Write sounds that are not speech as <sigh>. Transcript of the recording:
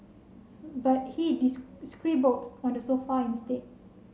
but he <unintelligible> scribbled on the sofa instead